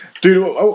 Dude